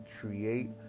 Create